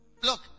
Look